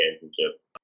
championship